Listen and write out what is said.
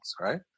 right